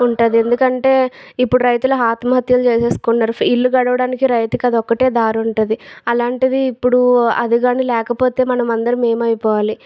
ఉంటుంది ఎందుకంటే ఇప్పుడు రైతులు ఆత్మహత్యలు చేసేసుకుంటున్నారు ఇల్లు గడవడానికి రైతుకి అదొక్కటే దారి ఉంటుంది అలాంటిది ఇప్పుడు అది కానీ లేకపోతే మనమందరం ఏమైపోవాలి